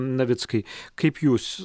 navickai kaip jūs